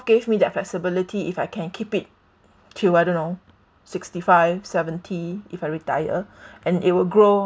gave me that flexibility if I can keep it till I don't know sixty five seventy if I retire and it will grow